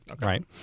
Right